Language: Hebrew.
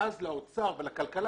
ואז לאוצר ולכלכלה